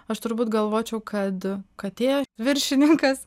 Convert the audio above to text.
aš turbūt galvočiau kad katė viršininkas